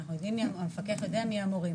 אנחנו יודעים מי המפקח יודע מי המורים,